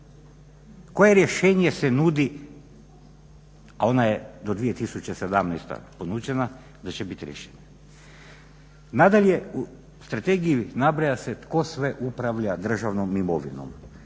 koje rješenje se nudi, a ona je do 2017. ponuđena da će biti riješena. Nadalje, u strategiji nabraja se tko sve upravlja državnom imovinom: